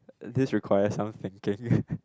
this requires some thinking